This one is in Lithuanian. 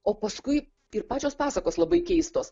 o paskui ir pačios pasakos labai keistos